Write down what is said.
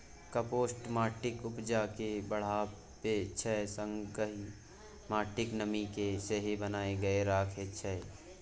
compost माटिक उपजा केँ बढ़ाबै छै संगहि माटिक नमी केँ सेहो बनाए कए राखै छै